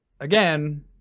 again